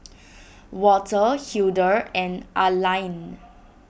Walter Hildur and Arline